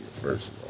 first